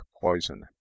poison